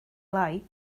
lai